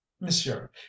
monsieur